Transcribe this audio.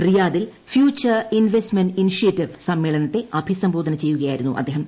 റിയാദിൽ future investment initiative സമ്മേളനത്തെ അഭിസംബോധന ചെയ്യുകയായിരുന്നു അദ്ദേഹം